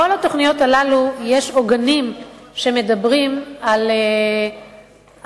בכל התוכניות הללו יש עוגנים שמדברים על הצורך